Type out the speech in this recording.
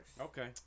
Okay